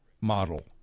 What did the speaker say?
model